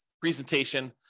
presentation